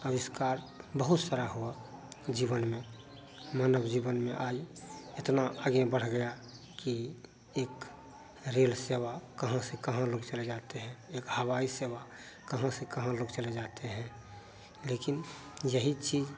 अविष्कार बहुत सारा हुआ जीवन में मानव जीवन में अग इतना आगे बढ़ गया कि एक रेल सेवा कहाँ से कहाँ लोग चले जाते हैं एक हवाई सेवा कहाँ से कहाँ लोग चले जाते हैं लेकिन यही चीज़